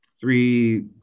three